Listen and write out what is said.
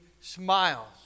smiles